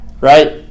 right